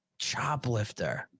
Choplifter